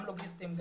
גם לוגיסטיים,